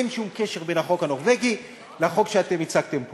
אין שום קשר בין החוק הנורבגי לחוק שאתם הצגתם פה.